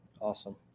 awesome